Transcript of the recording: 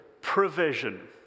provision